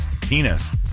penis